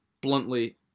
bluntly